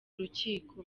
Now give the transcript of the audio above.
rukiko